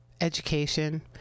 education